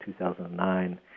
2009